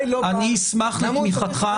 אני אשמח לתמיכתך,